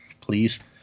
please